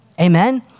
Amen